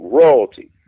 Royalty